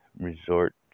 resort